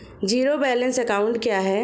Zero balance account क्या है?